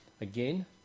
Again